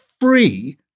free